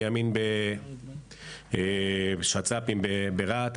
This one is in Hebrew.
מימין שצ"פים ברהט.